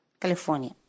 California